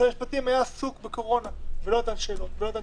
משרד המשפטים היה עסוק בקורונה ולא נתן תשובות.